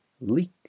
leak